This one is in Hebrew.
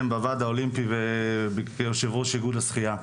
בוועד האולימפי וכיושב ראש אגוד השחייה.